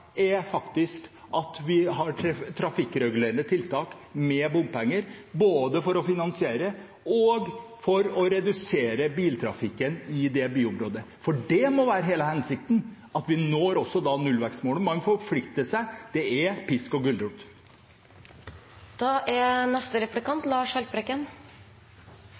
er faktisk at vi har trafikkregulerende tiltak med bompenger, både for å finansiere og for å redusere biltrafikken i byområdet, for det må være hele hensikten, at vi også når nullvekstmålet. Man forplikter seg. Det er pisk og